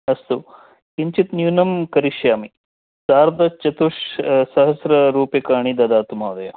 अस्तु किञ्चित् न्यूनं करिष्यामि सार्ध चतुः सहस्ररूप्यकानि ददातु महोदयः